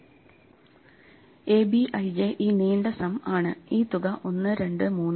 ABij ഈ നീണ്ട സം ആണ് ഈ തുക 1 2 3